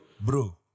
bro